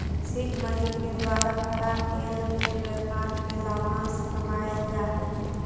seed money के द्वारा खड़ा केल गेल व्यापार से लाभांश कमाएल जा हई